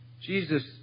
Jesus